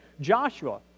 Joshua